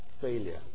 failure